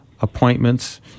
appointments